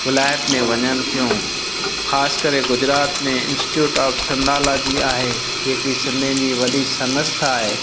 विलायत में वञनि थियूं ख़ासि करे गुजरात में इंस्टीट्यूड ऑफ सनडालाजी आहे जेकी सिंधियुनि जी वॾी सनस्थ आहे